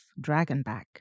dragonback